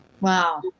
Wow